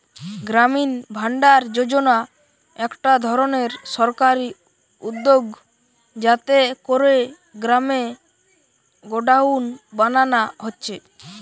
গ্রামীণ ভাণ্ডার যোজনা একটা ধরণের সরকারি উদ্যগ যাতে কোরে গ্রামে গোডাউন বানানা হচ্ছে